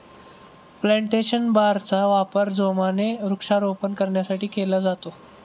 plantation बारचा वापर जोमाने वृक्षारोपण करण्यासाठी केला जातो